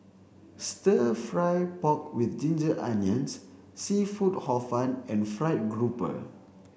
stir fry pork with ginger onions seafood hor fun and fried grouper